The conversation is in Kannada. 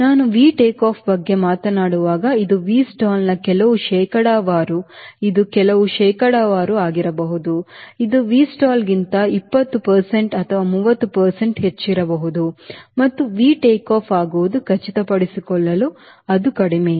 ನಾನು V ಟೇಕ್ ಆಫ್ ಬಗ್ಗೆ ಮಾತನಾಡುವಾಗ ಇದು Vstallನ ಕೆಲವು ಶೇಕಡಾವಾರು ಇದು ಕೆಲವು ಶೇಕಡಾವಾರು ಆಗಿರಬಹುದು ಇದು Vstall ಗಿಂತ 20 ಪ್ರತಿಶತ ಅಥವಾ 30 ಪ್ರತಿಶತದಷ್ಟು ಹೆಚ್ಚಿರಬಹುದು ಮತ್ತು V take off ಆಗುವುದನ್ನು ಖಚಿತಪಡಿಸಿಕೊಳ್ಳಲು ಅದು ಕಡಿಮೆ